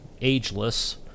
ageless